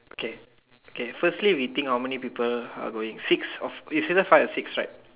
okay okay firstly we think how many people are going six of is either five or six right